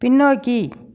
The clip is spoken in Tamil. பின்னோக்கி